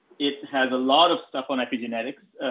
it has a lot of stuff on epigenetics,